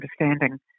understanding